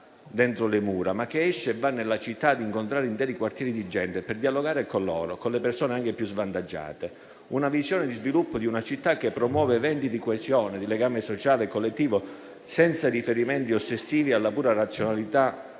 dentro le mura, ma che esce e va nella città a incontrare interi quartieri di gente per dialogare con loro, con le persone anche più svantaggiate. Una visione di sviluppo di una città che promuove eventi di coesione, di legame sociale collettivo senza riferimenti ossessivi alla pura razionalità